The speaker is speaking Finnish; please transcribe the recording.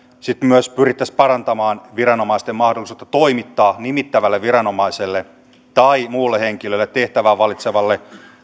sitten myös pyrittäisiin parantamaan viranomaisten mahdollisuutta toimittaa nimittävälle viranomaiselle tai muulle henkilölle tehtävään valitsevalle